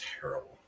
terrible